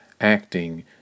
acting